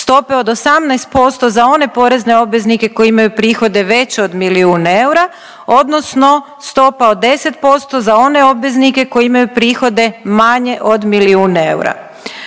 stope od 18% za one porezne obveznike koji imaju prihode veće od milijun eura odnosno stopa od 10% za one obveznike koji imaju prihode manje od milijun eura.